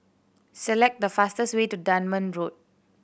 select the fastest way to Dunman Road